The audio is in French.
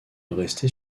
rester